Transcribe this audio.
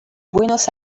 buenos